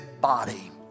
body